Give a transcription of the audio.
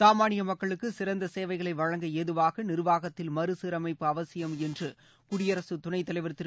சமானிய மக்குளுக்கு சிறந்த சேவைகளை வழங்க ஏதுவாக நிர்வாகத்தில் மறுசீரமைப்பு அவசியம் என்று குடியரசு துணைத் தலைவர் திரு